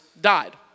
died